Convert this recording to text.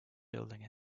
building